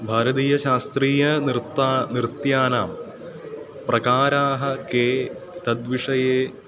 भारतीयशास्त्रीयनृत्ता नृत्यानां प्रकाराः के तद्विषये